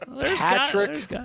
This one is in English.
Patrick